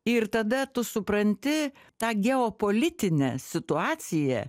ir tada tu supranti tą geopolitinę situaciją